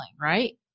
Right